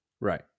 Right